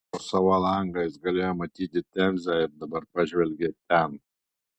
pro savo langą jis galėjo matyti temzę ir dabar pažvelgė ten